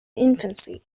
infancy